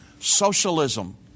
socialism